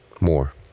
More